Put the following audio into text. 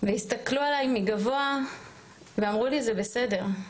והסתכלנו עליי מגבוה ואמרו לי, זה בסדר.